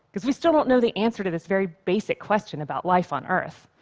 because we still don't know the answer to this very basic question about life on earth.